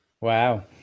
wow